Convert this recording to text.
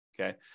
Okay